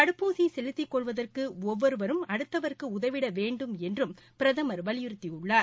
தடுப்பூசி செலுத்திக் கொள்வதற்கு ஒவ்வொருவரும் அடுத்தவருக்கு உதவிட வேண்டும் என்றும் பிரதமர் வலியுறுத்தியுள்ளார்